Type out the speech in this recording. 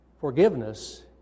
Forgiveness